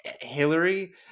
Hillary